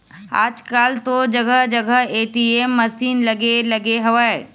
आजकल तो जगा जगा ए.टी.एम मसीन लगे लगे हवय